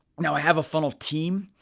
now i have a funnel team,